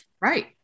right